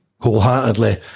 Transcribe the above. wholeheartedly